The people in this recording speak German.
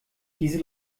diese